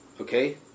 okay